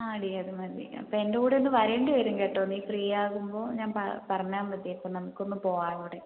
ആടി അത് മതി അപ്പോൾ എൻ്റെ കൂടെ ഒന്ന് വരണ്ടി വരും കേട്ടോ നീ ഫ്രീ ആകുമ്പോൾ ഞാൻ പ പറഞ്ഞാൽ മതി അപ്പോൾ നമക്കൊന്ന് പോകാം അവിടെ